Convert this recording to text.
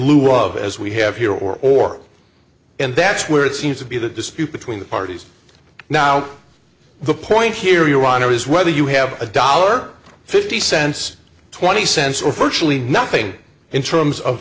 lieu of as we have here or and that's where it seems to be the dispute between the parties now the point here your honor is whether you have a dollar fifty cents twenty cents or virtually nothing in terms of